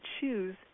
choose